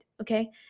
okay